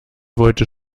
wollte